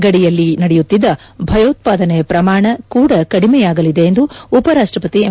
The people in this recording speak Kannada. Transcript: ಗಡಿಯಲ್ಲಿ ನಡೆಯುತ್ತಿದ್ದ ಭಯೋತ್ವಾದನೆ ಪ್ರಮಾಣ ಕೂಡ ಕಡಿಮೆಯಾಗಲಿದೆ ಎಂದು ಉಪ ರಾಷ್ಲಪತಿ ಎಂ